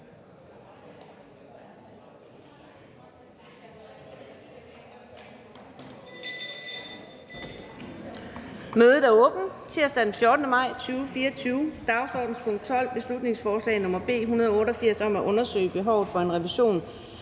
Mødet er åbnet. Dagsordenens punkt 12, beslutningsforslag nr. B 188 om at undersøge behovet for en revision